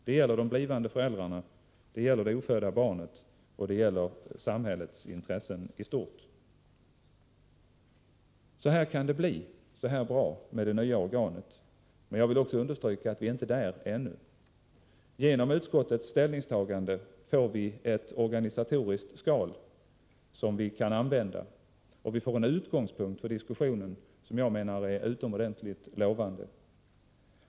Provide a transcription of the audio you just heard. Det gäller de blivande föräldrarna, det gäller det ofödda barnet och det gäller samhällets intressen i stort. Så här bra kan det bli med det nya organet. Men jag vill också understryka att vi ännu inte är där. Genom utskottets ställningstagande får vi ett organisatoriskt skal, som vi kan använda, och vi får en utgångspunkt för diskussionen som jag menar är utomordentligt lovande.